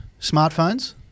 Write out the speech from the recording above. smartphones